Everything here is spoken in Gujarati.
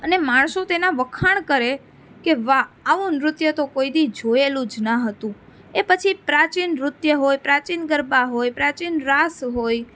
અને માણસો તેના વખાણ કરે કે વા આવો નૃત્ય તો કોઈ દીવસ જોયેલું જ ન હતું એ પછી પ્રાચીન નૃત્ય હોય પ્રાચીન ગરબા હોય પ્રાચીન રાસ હોય